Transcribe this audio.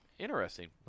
Interesting